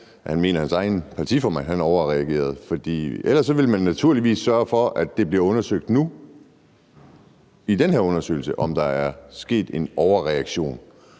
at hans egen partiformand overreagerede. For ellers ville man naturligvis sørge for, at det blev undersøgt nu i den her undersøgelse, om der er sket en overreaktion.